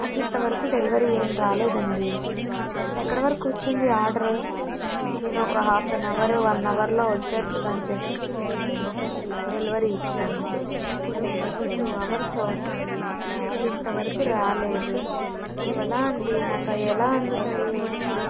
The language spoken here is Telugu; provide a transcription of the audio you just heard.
నాకు ఇంతవరకు డెలివరీ ఏం రాలేదండి ఇప్పుడు ఎక్కడ వరకు వచ్చింది ఆర్డర్ నేను ఒక హాఫన్ అవర్ వన్ అవర్లో వచ్చేస్తది అని చెప్పేసి మీకు నేను డెలివరీ ఇచ్చాను ఇప్పుడు నేను ఇచ్చి టూ అవర్స్ అవుతుంది మీరు ఇంతవరకు రాలేదు ఇప్పుడు ఎలా అండి నాకు అవి ఎలా అందుతాయి వచ్చి